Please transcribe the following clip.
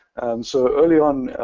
and so early on,